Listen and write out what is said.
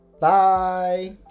Bye